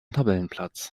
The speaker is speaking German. tabellenplatz